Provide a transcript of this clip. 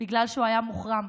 בגלל שהוא היה מוחרם,